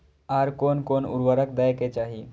आर कोन कोन उर्वरक दै के चाही?